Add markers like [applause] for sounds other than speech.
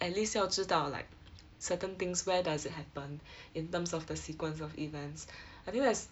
but at least 要知道 like [noise] certain things where does it happen [breath] in terms of the sequence of events [breath] I think that's